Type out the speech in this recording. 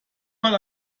mal